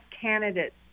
candidates